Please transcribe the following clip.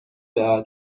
داد